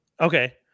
Okay